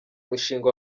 mushinga